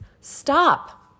stop